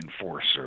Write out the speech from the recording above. enforcer